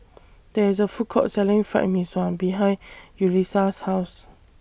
There IS A Food Court Selling Fried Mee Sua behind Yulisa's House